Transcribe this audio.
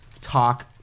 talk